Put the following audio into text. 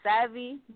savvy